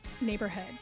neighborhood